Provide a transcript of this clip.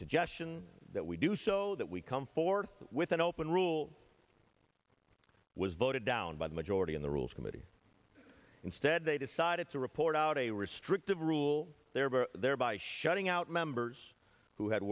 suggestion that we do show that we come forth with an open rule was voted down by the majority in the rules committee instead they decided to report out a restrictive rule there by shutting out members who had